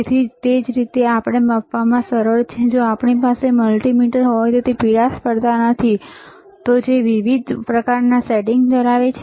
તેથી તે જ રીતે માપવામાં સરળ છે જો આપણી પાસે મલ્ટિમીટર હોય જે પીળાશ પડતા નથી તો ખરુંજે વિવિધ પ્રકારની સેટિંગ્સ ધરાવે છે